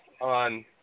on